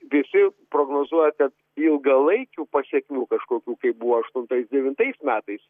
visi prognozuoja kad ilgalaikių pasekmių kažkokių kaip buvo aštuntais devintais metais